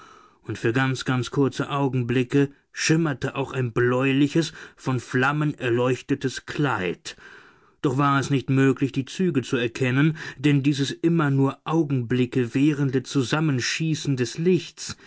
und für ganz ganz kurze augenblicke schimmerte auch ein bläuliches von flammen erleuchtetes kleid doch war es nicht möglich die züge zu erkennen denn dieses immer nur augenblicke währende zusammenschießen des lichts